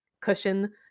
cushion